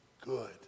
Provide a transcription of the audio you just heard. good